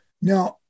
Now